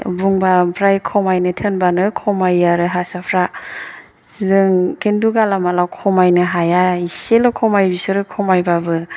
बुंबा ओमफ्राय खमायनो थोनबानो खमायो आरो हारसाफ्रा जों खिन्थु गालामालआव खमायनो हाया एसेल' खमायो बिसोर खमायबाबो